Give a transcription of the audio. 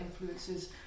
influences